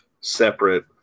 separate